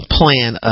plan